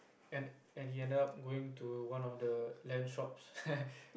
and and he ended up going to one of the land shops